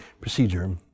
procedure